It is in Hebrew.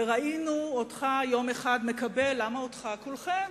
וראינו אותך יום אחד מקבל, למה אותך, את כולכם,